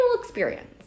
experience